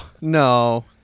no